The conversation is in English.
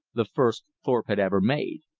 the first thorpe had ever made.